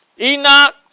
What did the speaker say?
Enoch